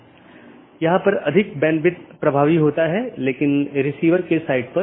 इसलिए यह महत्वपूर्ण है और मुश्किल है क्योंकि प्रत्येक AS के पास पथ मूल्यांकन के अपने स्वयं के मानदंड हैं